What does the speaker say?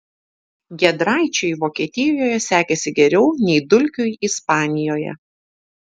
giedraičiui vokietijoje sekėsi geriau nei dulkiui ispanijoje